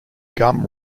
gum